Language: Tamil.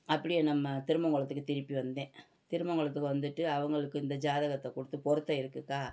அப்படியே நம்ம திருமங்களத்துக்கு திருப்பி வந்தேன் திருமங்களத்துக்கு வந்துட்டு அவங்களுக்கு இந்த ஜாதகத்தை கொடுத்து பொருத்தம் இருக்குதுக்கா